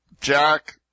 Jack